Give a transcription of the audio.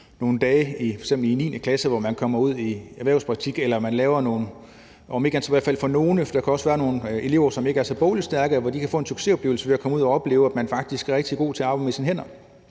nogle dage i f.eks. 9. klasse, hvor man kommer ud i erhvervspraktik, om ikke andet så i hvert fald for nogle, for der kan også være nogle elever, som ikke er så bogligt stærke, som kan få en succesoplevelse ved at komme ud og opleve, at man faktisk er rigtig god til at arbejde med sine hænder.